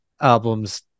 albums